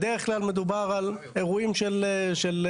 בדרך כלל מדובר על אירועים של שנמוך.